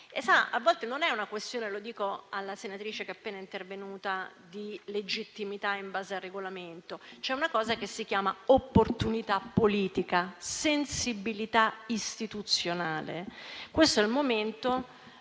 A volte non è una questione - lo dico alla senatrice che è appena intervenuta - di legittimità in base al Regolamento, ma c'è una cosa che si chiama opportunità politica, sensibilità istituzionale. E questo è il momento